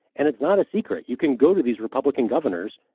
and it's not a secret. you can go to these republican governors.